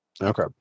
okay